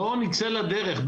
בואו נצא לדרך.